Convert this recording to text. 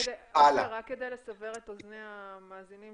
כדי לסבר את אזני המאזינים